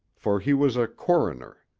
for he was a coroner.